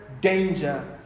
danger